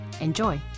Enjoy